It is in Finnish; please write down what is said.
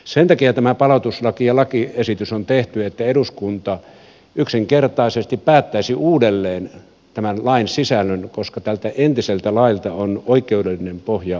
sen takia tämä palautuslaki ja lakiesitys on tehty että eduskunta yksinkertaisesti päättäisi uudelleen tämän lain sisällön koska tältä entiseltä lailta on oikeudellinen pohja pudonnut pois